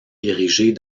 érigés